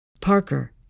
Parker